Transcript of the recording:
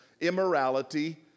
immorality